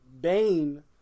Bane